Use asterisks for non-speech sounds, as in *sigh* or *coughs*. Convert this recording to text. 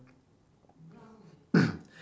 *coughs*